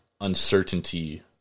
uncertainty